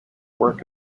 work